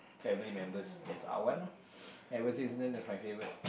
family members as are one loh there was this then was my favourite